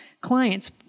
client's